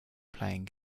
playing